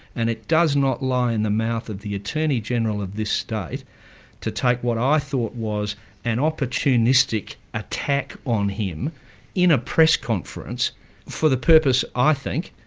and it does not lie in the mouth of the attorney-general of this state to take what i thought was an opportunistic attack on him in a press conference for the purpose, i think,